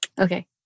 okay